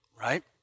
right